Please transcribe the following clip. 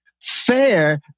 fair